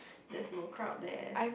that is no crowd there